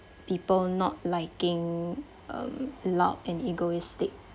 people not liking um loud and egoistic